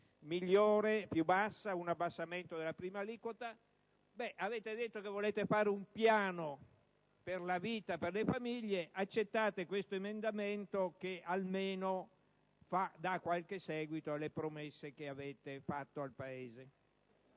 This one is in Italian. figli, con un abbassamento della prima aliquota. Avete detto che volete fare un piano per la vita e per le famiglie. Accettate questo emendamento, che almeno dà qualche seguito alle promesse che avete fatto al Paese.